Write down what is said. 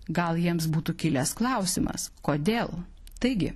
gal jiems būtų kilęs klausimas kodėl taigi